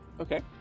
okay